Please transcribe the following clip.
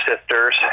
sisters